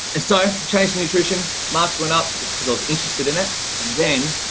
and so chase nutrition marks went up because i was interested in it and then